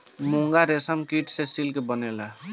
मूंगा रेशम कीट से सिल्क से बनेला